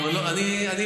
לא, אמרת "רק בזה".